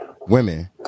women